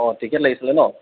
অঁ টিকট লাগিছিলে নহ্